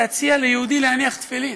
להציע ליהודי להניח תפילין,